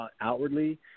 outwardly